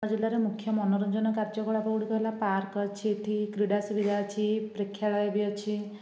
ଆମ ଜିଲ୍ଲାରେ ମୁଖ୍ୟ ମନୋରଞ୍ଜନ କାର୍ଯ୍ୟକଳାପ ଗୁଡ଼ିକ ହେଲା ପାର୍କ ଅଛି ଏଠି କ୍ରିଡ଼ା ସୁବିଧା ଅଛି ପ୍ରେକ୍ଷାଳୟ ବି ଅଛି